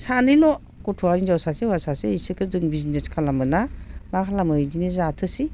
सानैल' गथ'आ हिन्जाव सासे हौवा सासे बिसोरखौ जों बिजनेस खालामो ना मा खालामो बिदिनो जाथोंसै